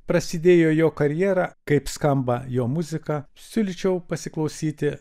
prasidėjo jo karjera kaip skamba jo muzika siūlyčiau pasiklausyti